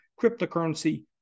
cryptocurrency